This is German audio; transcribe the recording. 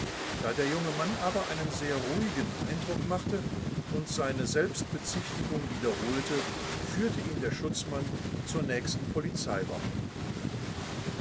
da der junge mann aber einen sehr ruhigen eindruck machte und seine selbstbezichtigung wiederholte führte ihn der schutzmann zur nächsten polizeiwache